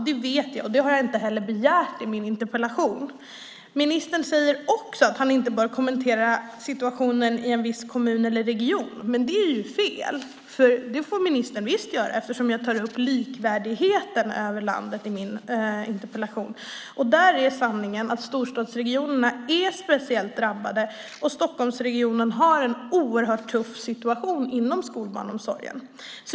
Det vet jag, och det har jag inte heller begärt i min interpellation. Ministern säger också att han inte bör kommentera situationen i en viss kommun eller region. Men det är fel. Det får ministern visst göra eftersom jag tar upp frågan om likvärdigheten över landet i min interpellation. Där är sanningen att storstadsregionerna är speciellt drabbade, och Stockholmsregionen har en oerhört tuff situation inom skolbarnsomsorgen.